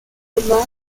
omar